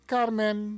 Carmen